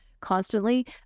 constantly